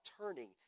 turning